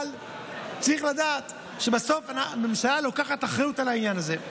אבל צריך לדעת שבסוף ממשלה לוקחת אחריות על העניין הזה.